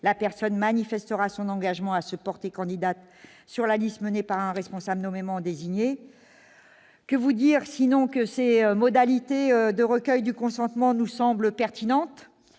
la personne manifestera son engagement à se porter candidate sur la liste menée par un responsable nommément désigné. Ces nouvelles modalités de recueil du consentement nous semblent pertinentes,